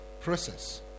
process